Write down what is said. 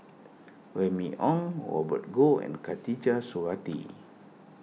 Remy Ong Robert Goh and Khatijah Surattee